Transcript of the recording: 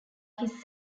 his